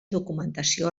documentació